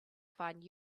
find